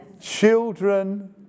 Children